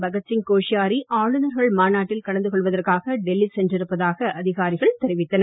பகத்சிங் கோஷ்யாரி ஆளுநர்கள் மாநாட்டில் கலந்து கொள்வதற்காக டெல்லி சென்றிருப்பதாக அதிகாரிகள் தெரிவித்தனர்